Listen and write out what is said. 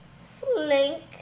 Slink